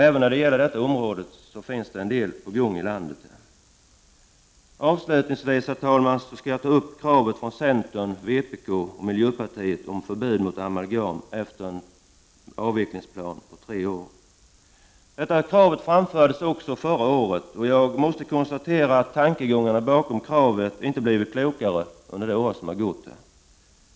Även på detta område är det på gång en del ute i landet. Jag skall avslutningsvis, herr talman, ta upp kravet från centern, vpk och miljöpartiet om förbud mot amalgam efter en avvecklingsperiod på tre år. Detta krav framfördes också förra året, och jag måste konstatera att tankegångarna bakom kravet inte blivit klokare under det år som har gått.